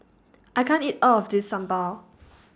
I can't eat All of This Sambar